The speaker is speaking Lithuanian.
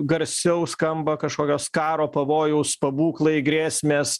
garsiau skamba kažkokios karo pavojaus pabūklai grėsmės